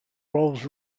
rolls